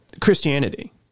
Christianity